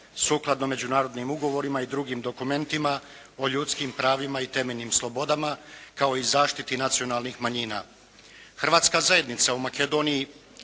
sukladno međunarodnim ugovorima i drugim dokumentima o ljudskim pravima i temeljnim slobodama kao i zaštiti nacionalnih manjina. Hrvatska zajednica u Makedoniji